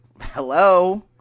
hello